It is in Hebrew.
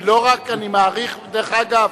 לא רק, אני מעריך, דרך אגב,